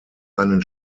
einen